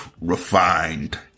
refined